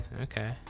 Okay